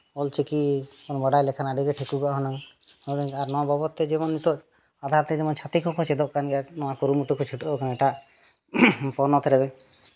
ᱚᱞᱪᱤᱠᱤ ᱵᱚᱱ ᱵᱟᱰᱟᱭ ᱞᱮᱠᱷᱟᱱ ᱟᱹᱰᱤᱜᱮ ᱴᱷᱤᱠᱚᱜᱼᱟ ᱦᱩᱱᱟᱹᱝ ᱟᱨ ᱱᱚᱣᱟ ᱵᱟᱵᱚᱫ ᱛᱮ ᱡᱮᱢᱚᱱ ᱱᱤᱛᱚᱜ ᱟᱫᱷᱟᱨ ᱛᱮ ᱡᱮᱢᱚᱱ ᱪᱷᱟᱹᱛᱤᱠ ᱦᱚᱸᱠᱚ ᱪᱮᱫᱚᱜ ᱠᱟᱱ ᱜᱮᱭᱟ ᱱᱚᱣᱟ ᱠᱩᱨᱩᱢᱩᱴᱩ ᱠᱚ ᱪᱷᱩᱴᱟᱹᱣ ᱠᱟᱱᱟ ᱮᱴᱟᱜ ᱯᱚᱱᱚᱛ ᱨᱮ